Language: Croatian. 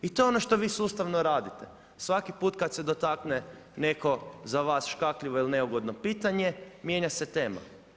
I to je ono što vi sustavno radite, svaki put kada se dotakne netko za vas škakljivo ili neugodno pitanje, mijenja se tema.